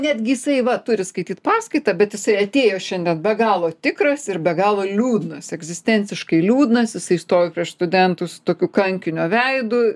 netgi jisai va turi skaityt paskaitą bet jisai atėjo šiandien be galo tikras ir be galo liūdnas egzistenciškai liūdnas jisai stovi prieš studentus tokiu kankinio veidu